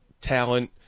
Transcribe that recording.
talent